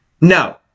No